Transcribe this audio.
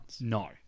No